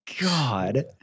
God